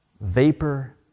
vapor